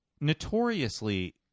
notoriously